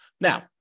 Now